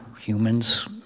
humans